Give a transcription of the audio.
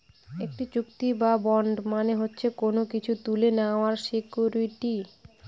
একটি চুক্তি বা বন্ড মানে হচ্ছে কোনো কিছু তুলে নেওয়ার সিকুইরিটি